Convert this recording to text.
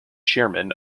chairman